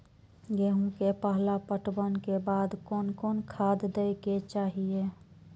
गेहूं के पहला पटवन के बाद कोन कौन खाद दे के चाहिए?